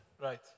Right